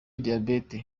diyabete